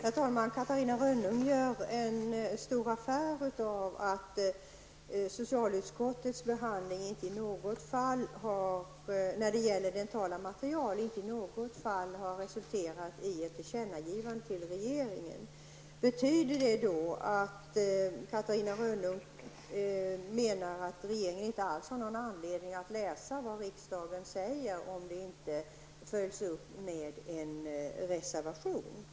Catarina Rönnung gör en stor affär av att socialutskottets behandling av frågan om dentala material inte i något fall har resulterat i ett tillkännagivande till regeringen. Menar Catarina Rönnung att regeringen inte alls har anledning att läsa vad riksdagen skriver såvida det inte följs upp med en reservation?